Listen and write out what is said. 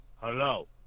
Hello